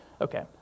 okay